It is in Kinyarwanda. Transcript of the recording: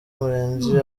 murenzi